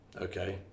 Okay